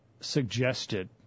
suggested